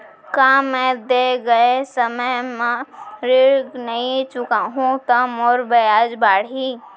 का मैं दे गए समय म ऋण नई चुकाहूँ त मोर ब्याज बाड़ही?